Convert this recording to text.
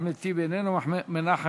אחמד טיבי, אינו נוכח.